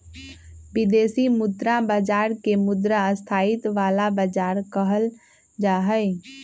विदेशी मुद्रा बाजार के मुद्रा स्थायित्व वाला बाजार कहल जाहई